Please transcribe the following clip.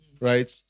Right